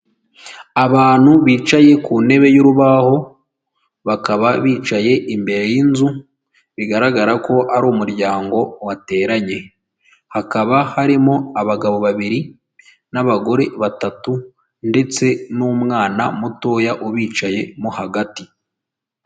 Abantu bicaye ku ntebe y'urubaho bakaba bicaye imbere y'inzu bigaragara ko ari umuryango wateranye . Hakaba harimo abagabo babiri n'abagore batatu ndetse n'umwana mutoya ubicayemo hagati.